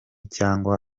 cyangwa